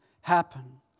happen